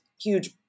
huge